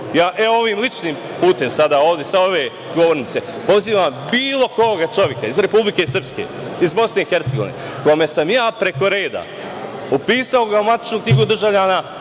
ovim ličnim putem, sada ovde sa ove govornice, pozivam bilo kog čoveka iz Republike Srpske, iz Bosne i Hercegovine koga sam ja preko reda upisao u matičnu knjigu državljana,